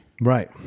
right